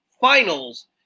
finals